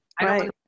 right